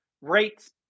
rates